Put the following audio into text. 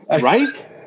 right